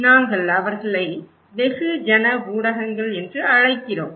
நாங்கள் அவர்களை வெகுஜன ஊடகங்கள் என்று அழைக்கிறோம்